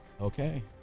Okay